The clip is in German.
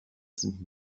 sind